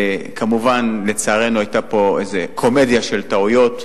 וכמובן, לצערנו היתה פה איזו קומדיה של טעויות,